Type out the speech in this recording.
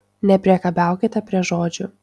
nepriekabiaukite prie žodžių